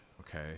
okay